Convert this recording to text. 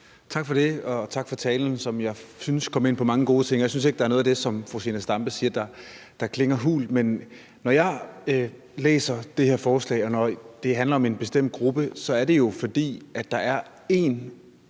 Tak for det, og tak for talen, som jeg synes kom ind på mange gode ting, og jeg synes ikke, at der er noget af det, som fru Zenia Stampe siger, der klinger hult. Men når jeg læser det her forslag, og når det handler om en bestemt gruppe, så er det jo, fordi der er én gruppe